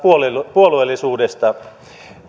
puolueellisuudesta